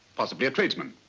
possibly a tradesman.